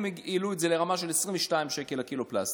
הם העלו את זה לרמה של 22 שקלים לקילו פלסטיק,